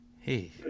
Hey